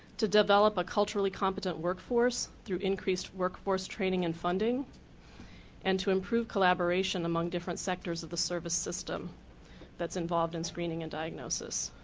to develop a culturally competent workforce through increased workforce training and funding and to improve collaboration among different sectors of the service system that's involved in screening and diagnosis.